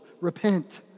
Repent